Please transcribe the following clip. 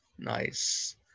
Nice